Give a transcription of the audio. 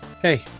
Hey